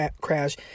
crash